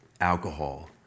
alcohol